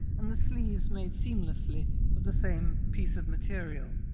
and the sleeves made seamlessly of the same piece of material.